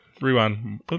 rewind